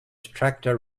tractor